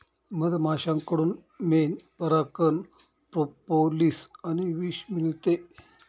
मधमाश्यांकडून मेण, परागकण, प्रोपोलिस आणि विष मिळते